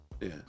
yes